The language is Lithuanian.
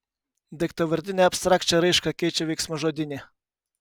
daiktavardinę abstrakčią raišką keičia veiksmažodinė